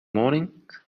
morning